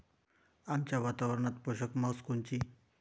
आमच्या वातावरनात पोषक म्हस कोनची?